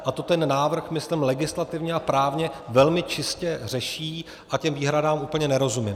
A to ten návrh, myslím, legislativně a právně velmi čistě řeší a těm výhradám úplně nerozumím.